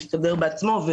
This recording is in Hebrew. יסתדר בעצמו.